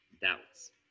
doubts